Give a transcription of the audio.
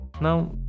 Now